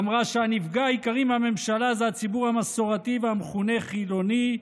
אמרה שהנפגע העיקרי מהממשלה זה הציבור המסורתי והמכונה חילוני,